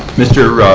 mr.